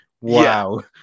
Wow